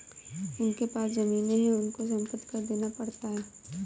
जिनके पास जमीने हैं उनको संपत्ति कर देना पड़ता है